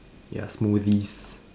ya smoothies